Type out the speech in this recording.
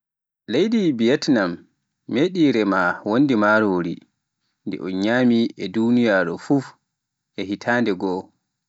Leydi Viatnam meɗi rema wondi marori, ndi nyami e duniyaaru fuf e hitande goo.